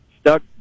stuck